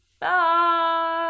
Bye